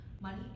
money